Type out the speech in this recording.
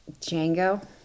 Django